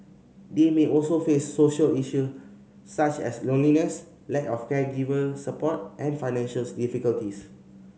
they may also face social issue such as loneliness lack of caregiver support and financials difficulties